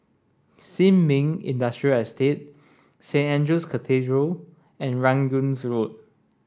Sin Ming Industrial Estate Saint Andrew's Cathedral and Rangoon Road